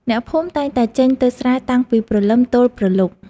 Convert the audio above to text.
អ្នកភូមិតែងតែចេញទៅស្រែតាំងពីព្រលឹមទល់ព្រលប់។